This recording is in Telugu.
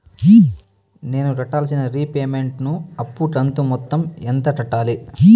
నేను కట్టాల్సిన రీపేమెంట్ ను అప్పు కంతు మొత్తం ఎంత కట్టాలి?